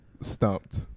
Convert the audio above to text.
Stumped